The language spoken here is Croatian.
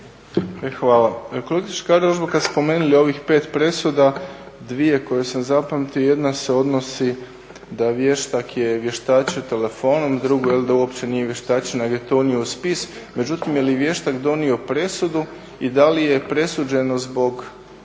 Hvala. Kolegice Škare-Ožbolt kada ste spomenuli ovih 5 presuda, dvije koje sam zapamtio jedna se odnosi da vještak je vještačio telefonom, drugo da uopće nije vještačio nego je to unio u spis. Međutim, je li vještak donio presudu i da li je presuđeno zbog